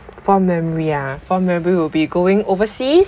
fond memory ah fond memory will be going overseas